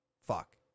fuck